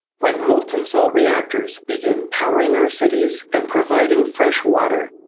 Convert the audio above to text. when molten salt reactors begin powering our cities and providing fresh water,